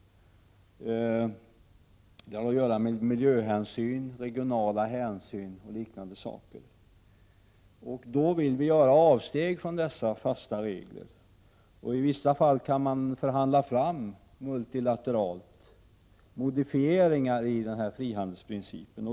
De har att göra med miljöhänsyn, regionala hänsyn och liknande. Då vill vi göra avsteg från de fasta reglerna. I vissa fall kan man multilateralt förhandla fram modifieringar av frihandelsprinciperna.